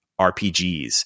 RPGs